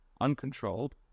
Uncontrolled